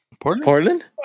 Portland